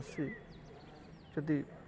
ଆସି ଯଦି